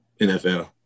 NFL